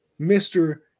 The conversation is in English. Mr